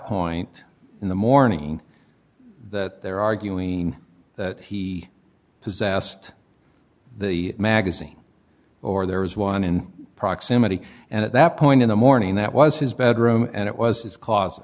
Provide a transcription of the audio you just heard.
point in the morning that they're arguing that he possessed the magazine or there was one in proximity and at that point in the morning that was his bedroom and it was his c